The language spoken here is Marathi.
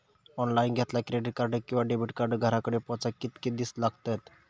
ऑनलाइन घेतला क्रेडिट कार्ड किंवा डेबिट कार्ड घराकडे पोचाक कितके दिस लागतत?